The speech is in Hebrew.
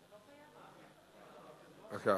בבקשה.